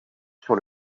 sur